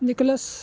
nicolas